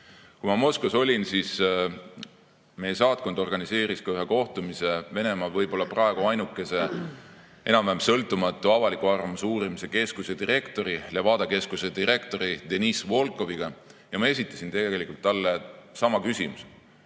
Kui ma Moskvas olin, siis meie saatkond organiseeris ka ühe kohtumise Venemaa võib-olla praegu ainukese enam-vähem sõltumatu avaliku arvamuse uurimise keskuse direktori, Levada Keskuse direktori Deniss Volkoviga. Ma esitasin tegelikult talle sama küsimuse,